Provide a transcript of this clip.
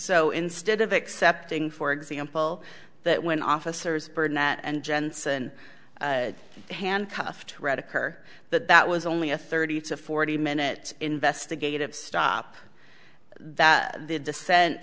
so instead of accepting for example that when officers burnett and jensen handcuffed redeker that that was only a thirty to forty minutes investigative stop that the dissent